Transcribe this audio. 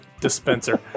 dispenser